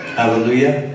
hallelujah